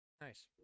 Nice